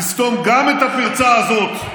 לסתום גם את הפרצה הזאת.